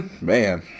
Man